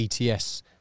ETS